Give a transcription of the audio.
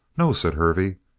no, said hervey,